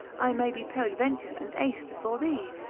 i may be peradventure an ace before thee.